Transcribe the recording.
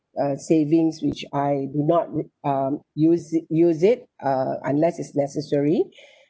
uh savings which I do not re~ um use it use it uh unless it's necessary